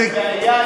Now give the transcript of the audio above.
הבעיה,